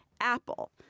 Apple